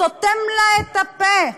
והוא סותם לה את הפה,